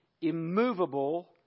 immovable